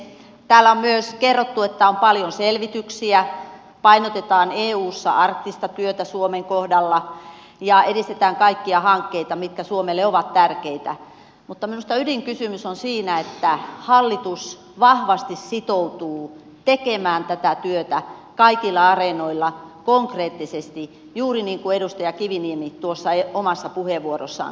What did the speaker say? täällä on myös kerrottu että on paljon selvityksiä painotetaan eussa arktista työtä suomen kohdalla ja edistetään kaikkia hankkeita mitkä suomelle ovat tärkeitä mutta minusta ydinkysymys on siinä että hallitus vahvasti sitoutuu tekemään tätä työtä kaikilla areenoilla konkreettisesti juuri niin kuin edustaja kiviniemi tuossa omassa puheenvuorossaan kuvaili